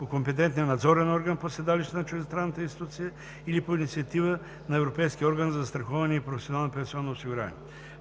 на компетентния надзорен орган по седалище на чуждестранната институция или по инициатива на Европейския орган за застраховане и професионално пенсионно осигуряване.